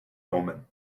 omen